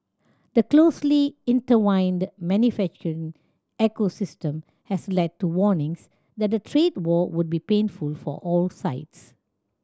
the closely intertwined manufacturing ecosystem has led to warnings that a trade war would be painful for all sides